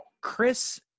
Chris